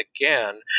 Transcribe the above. again